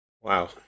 Wow